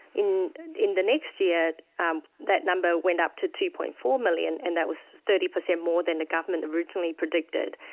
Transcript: in in the next year um that number went up to two. four million, and that was thirty percent more than the government originally predicted.